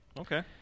Okay